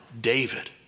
David